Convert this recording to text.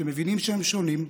שמבינים שהם שונים,